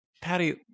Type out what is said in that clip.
Patty